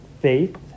faith